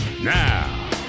Now